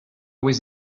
was